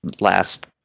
last